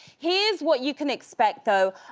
here's what you can expect though,